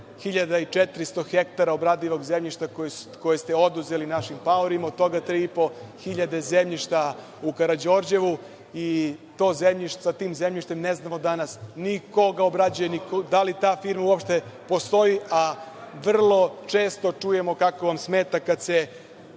10.400 hektara obradivog zemljišta koje ste oduzeli našim paorima, od toga 3,5 hiljada zemljišta u Karađorđevu i sa tim zemljištem ne znamo danas ni ko ga obrađuje, ni da li da firma uopšte postoji, a vrlo često čujemo kako vam smeta kad se